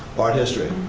art history.